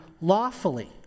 lawfully